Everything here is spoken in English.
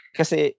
kasi